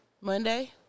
Monday